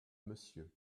monsieur